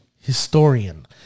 historian